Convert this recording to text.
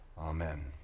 Amen